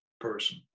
person